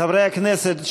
חברי הכנסת,